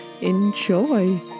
Enjoy